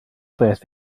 beth